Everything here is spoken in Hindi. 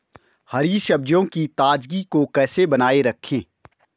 हरी सब्जियों की ताजगी को कैसे बनाये रखें?